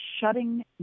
shutting